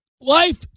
Life